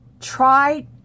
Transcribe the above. try